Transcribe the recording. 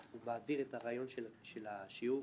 שהוא מעביר את הרעיון של השיעור